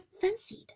fancied